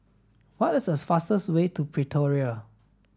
what is the fastest way to Pretoria